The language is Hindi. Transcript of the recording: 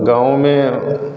गाँव में